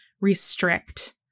restrict